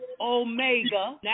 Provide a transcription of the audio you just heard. Omega